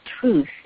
truth